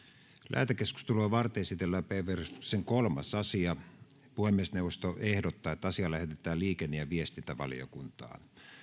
lähetekeskustelua varten esitellään päiväjärjestyksen kolmas asia puhemiesneuvosto ehdottaa että asia lähetetään liikenne ja viestintävaliokuntaan